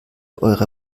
eure